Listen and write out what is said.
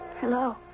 Hello